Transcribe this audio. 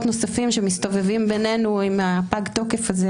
נוספים שמסתובבים בינינו עם פג התוקף הזה.